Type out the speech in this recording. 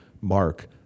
Mark